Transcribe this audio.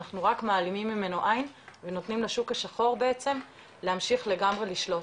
אנחנו רק מעלימים ממנו עין ונותנים לשוק השחור בעצם להמשיך לגמרי לשלוט.